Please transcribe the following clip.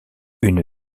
une